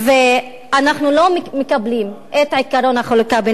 ואנחנו לא מקבלים את עקרון החלוקה בנטל,